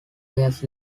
years